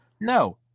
No